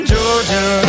Georgia